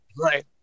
Right